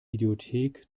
videothek